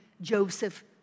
Joseph